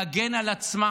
להגן על עצמה,